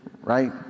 Right